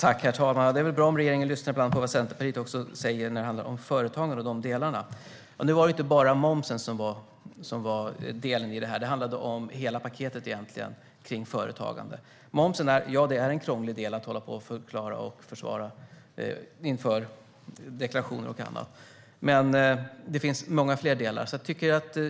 Herr talman! Det är bra att regeringen ibland lyssnar på vad Centerpartiet säger om företagande, men det var inte bara momsen det gällde. Det handlade om hela paketet för företagande. Ja, momsen är en krånglig del att förklara och försvara i deklarationer och annat, men det finns många fler delar.